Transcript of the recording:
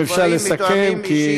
מותאמים אישית,